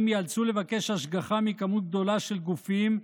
יאלצו לבקש השגחה מכמות גדולה של גופים,